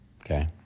Okay